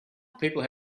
people